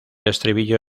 estribillo